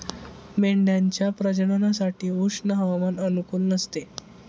मेंढ्यांच्या प्रजननासाठी उष्ण हवामान अनुकूल नसते